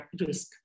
risk